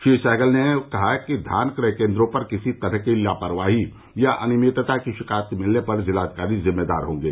श्री सहगल ने कहा कि धान क्रय केन्द्रों पर किसी तरह की लापरवाही या अनियमितता की शिकायत मिलने पर जिलाधिकारी जिम्मेदार होंगे